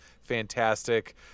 fantastic